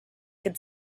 could